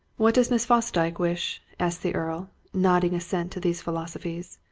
what does miss fosdyke wish? asked the earl, nodding assent to these philosophies.